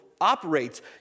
operates